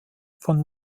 von